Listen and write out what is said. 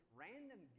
random